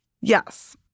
Yes